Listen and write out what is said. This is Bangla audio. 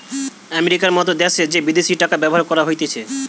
আমেরিকার মত দ্যাশে যে বিদেশি টাকা ব্যবহার করা হতিছে